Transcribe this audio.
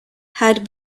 had